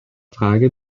frage